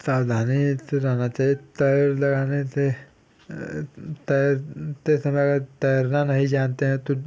सावधानी से रहना चाहिए तैर लगाने से तैरते समय अगर तैरना नहीं जानते हैं तो